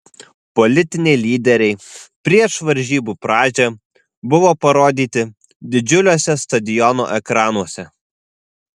politiniai lyderiai prieš varžybų pradžią buvo parodyti didžiuliuose stadiono ekranuose